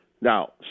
Now